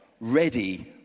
ready